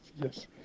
yes